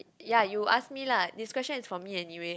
ya you ask me lah this question is for me anyway